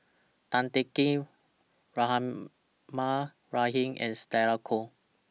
Tan Teng Kee Rahimah Rahim and Stella Kon